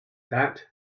that